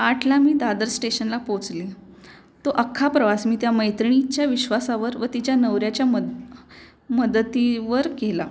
आठला मी दादर स्टेशनला पोचले तो अख्खा प्रवास मी त्या मैत्रिणीच्या विश्वासावर व तिच्या नवऱ्याच्या मद मदतीवर केला